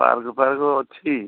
ପାର୍କଫାର୍କ୍ ଅଛି